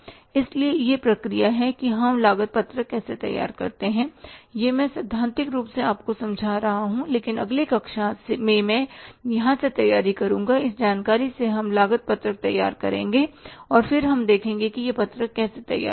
इसलिए यह प्रक्रिया है कि हम लागत पत्रक कैसे तैयार करते हैं यह मैं सैद्धांतिक रूप से आपको समझा रहा हूं लेकिन अगली कक्षा में मैं यहां से तैयारी करुंगा इस जानकारी से हम लागत पत्रक तैयार करेंगे और फिर हम देखेंगे कि यह पत्रक कैसे तैयार होगा